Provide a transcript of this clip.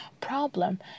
problem